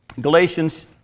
Galatians